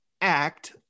act